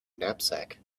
knapsack